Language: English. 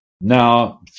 Now